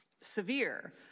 severe